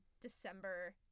December